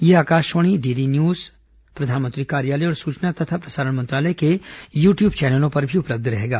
यह Akashvani DD news प्रधानमंत्री कार्यालय और सुचना तथा प्रसारण मंत्रालय के यू ट्यूब चैनलों पर भी उपलब्ध रहेगा